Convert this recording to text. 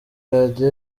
radio